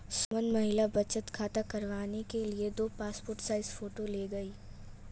सुमन महिला बचत खाता करवाने के लिए दो पासपोर्ट साइज फोटो ले गई